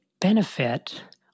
benefit